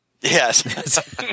Yes